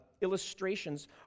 illustrations